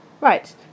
Right